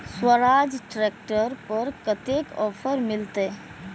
Swaraj tractor पर कतेक offer मिलते?